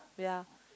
ya